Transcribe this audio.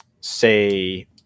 say